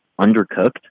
undercooked